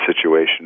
situation